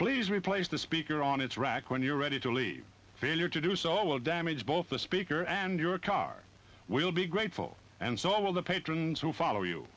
please replace the speaker on its rack when you're ready to leave failure to do so will damage both the speaker and your car will be grateful and so will the patrons who follow you